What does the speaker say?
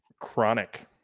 Chronic